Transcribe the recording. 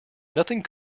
nothing